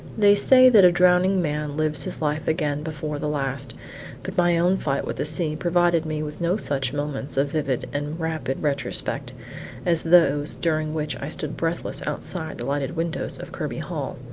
they say that a drowning man lives his life again before the last but my own fight with the sea provided me with no such moments of vivid and rapid retrospect as those during which i stood breathless outside the lighted windows of kirby hall.